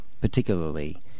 particularly